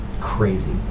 crazy